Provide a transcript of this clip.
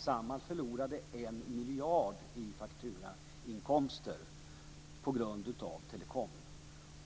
Samhall förlorade en miljard i fakturainkomster på grund av telekom.